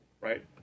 right